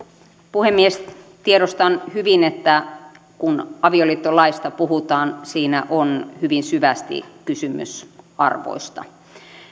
puhemies tiedostan hyvin että kun avioliittolaista puhutaan siinä on hyvin syvästi kysymys arvoista